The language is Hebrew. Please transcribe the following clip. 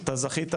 אני אתחיל